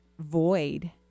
void